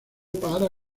para